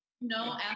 no